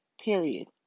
Period